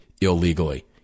illegally